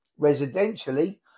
residentially